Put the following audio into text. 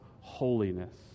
holiness